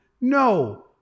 No